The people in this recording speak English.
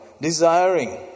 desiring